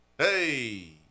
hey